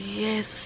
yes